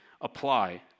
apply